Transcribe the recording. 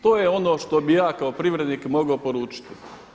To je ono što bi ja kao privrednik mogao poručiti.